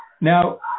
Now